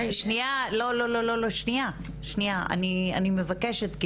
אני מבקשת.